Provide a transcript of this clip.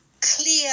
clear